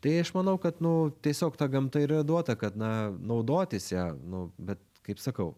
tai aš manau kad nu tiesiog ta gamta yra duota kad na naudotis ja nu bet kaip sakau